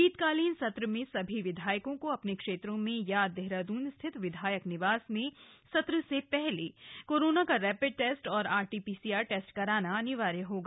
शीतकालीन सत्र में सभी विधायकों को अपने क्षेत्रों में या देहरादून स्थित विधायक निवास में सत्र से पहले कोरोना का रामिड test RT PC R test कराना अनिवार्य होगा